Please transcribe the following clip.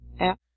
app